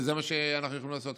וזה מה שאנחנו יכולים לעשות.